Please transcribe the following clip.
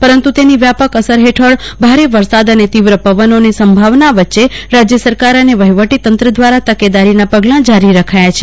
પરંત તેની વ્યાપક અસર હેઠળ ભારે વરસાદ અને તીવ્ર પવનનોની સંભાવના વચ્ચ રાજય સરકાર અન વહીવટી તંત્ર દવારા તકેદારીના પગલા જારી રખાયા છે